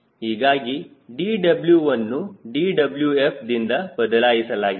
ಹೀಗಾಗಿ dW ವನ್ನು dWf ದಿಂದ ಬದಲಾಯಿಸಲಾಗಿದೆ